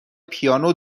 پیانو